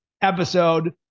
episode